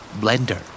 Blender